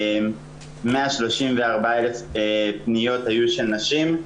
134,000 היו של נשים,